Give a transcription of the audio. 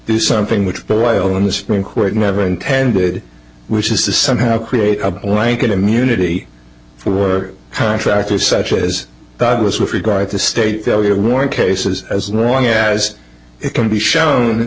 do something which but while in the supreme court never intended which is to somehow create a blanket immunity for contractors such as douglas with regard to state of war cases as long as it can be shown